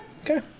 Okay